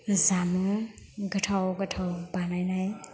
जामुं गोथाव गोथाव बानायनाय